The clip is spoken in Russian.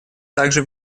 также